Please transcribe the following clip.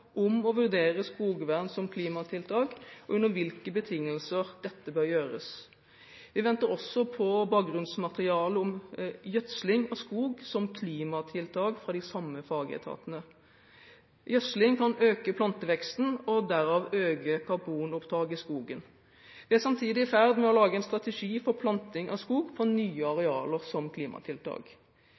om å vurdere skogvern som klimatiltak og under hvilke betingelser dette bør gjøres. Vi venter også på bakgrunnsmateriale om gjødsling av skog som klimatiltak, fra de samme fagetatene. Gjødsling kan øke planteveksten og dermed øke karbonopptak i skogen. Vi er samtidig i ferd med å lage en strategi for planting av skog på nye arealer som klimatiltak.